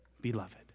beloved